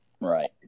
Right